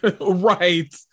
right